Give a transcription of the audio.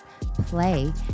play